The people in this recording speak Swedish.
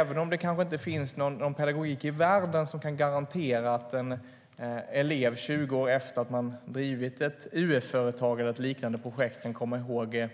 Även om det kanske inte finns någon pedagogik i världen som kan garantera att elever 20 år efter att de drivit ett UF-företag eller ett liknande projekt kommer ihåg